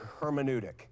hermeneutic